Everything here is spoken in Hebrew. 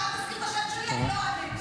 בבקשה, אל תזכיר את השם שלי, ואני לא אענה.